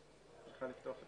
שלום לכל משתתפי